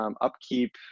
Upkeep